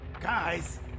Guys